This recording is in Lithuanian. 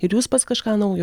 ir jūs pats kažką naujo